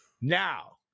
Now